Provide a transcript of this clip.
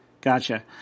gotcha